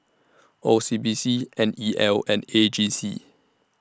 O C B C N E L and A G C